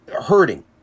hurting